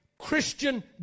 Christian